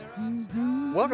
Welcome